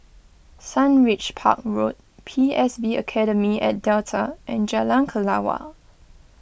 Sundridge Park Road P S B Academy at Delta and Jalan Kelawar